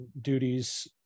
duties